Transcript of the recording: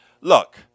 look